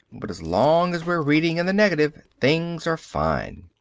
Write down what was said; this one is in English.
but as long as we're reading in the negative things are fine.